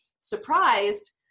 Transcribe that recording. surprised